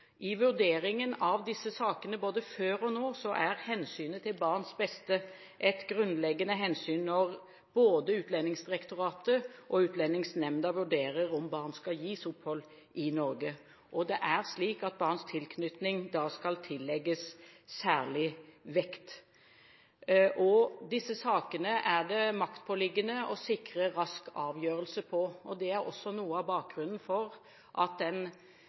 I vurderingen av disse sakene, både før og nå, er hensynet til barns beste grunnleggende når Utlendingsdirektoratet og Utlendingsnemnda vurderer om barn skal gis opphold i Norge. Det er slik at barns tilknytning da skal tillegges særlig vekt. I disse sakene er det maktpåliggende å sikre en rask avgjørelse. Det er også noe av bakgrunnen for at den